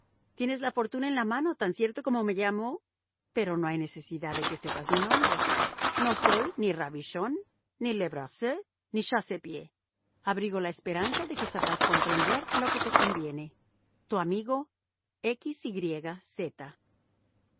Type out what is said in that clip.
tienes la fortuna en la mano tan cierto como me llamo pero no hay necesidad de que sepas mi nombre no soy ni rabichon ni lebrasseur ni chassepie abrigo la esperanza de que sabrás comprender lo que te conviene tu amigo x y z